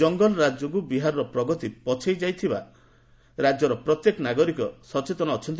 ଜଙ୍ଗଲରାଜ ଯୋଗୁଁ ବିହାରର ପ୍ରଗତି ପଛେଇ ଯାଇଥିବା ରାଜ୍ୟର ପ୍ରତ୍ୟେକ ନାଗରିକ ସଚେତନ ଅଛନ୍ତି